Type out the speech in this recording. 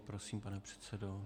Prosím, pane předsedo.